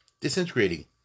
disintegrating